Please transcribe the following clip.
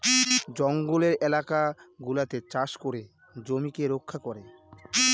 জঙ্গলের এলাকা গুলাতে চাষ করে জমিকে রক্ষা করে